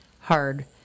hard